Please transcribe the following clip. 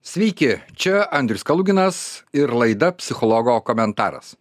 sveiki čia andrius kaluginas ir laida psichologo komentaras